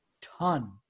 ton